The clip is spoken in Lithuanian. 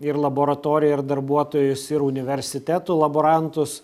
ir laboratoriją ir darbuotojus ir universitetų laborantus